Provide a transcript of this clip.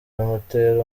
bimutera